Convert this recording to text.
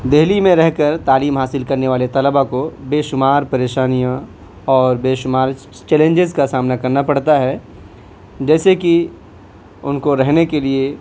دہلی میں رہ کر تعلیم حاصل کر نے والے طلبا کو بےشمار پریشانیاں اور بےشمار چیلینجز کا سامنا کرنا پڑتا ہے جیسے کہ ان کو رہنے کے لیے